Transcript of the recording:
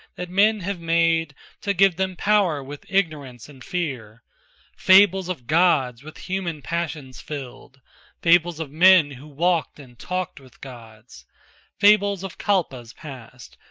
that men have made to give them power with ignorance and fear fables of gods with human passions filled fables of men who walked and talked with gods fables of kalpas passed,